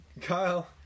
kyle